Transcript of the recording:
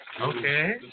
Okay